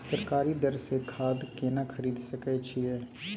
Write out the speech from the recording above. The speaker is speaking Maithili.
सरकारी दर से खाद केना खरीद सकै छिये?